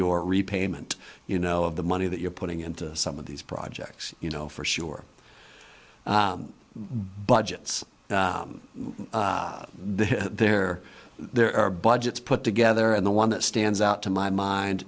your repayment you know of the money that you're putting into some of these projects you know for sure budgets there there are budgets put together and the one that stands out to my mind